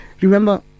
Remember